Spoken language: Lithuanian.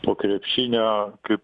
po krepšinio kaip